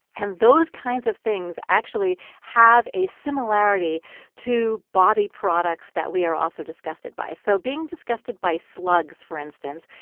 and those kinds of things actually have a similarity to body products that we are also disgusted by. so being disgusted by slugs, for instance,